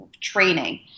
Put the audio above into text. training